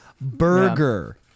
burger